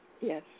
yes